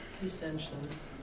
Dissensions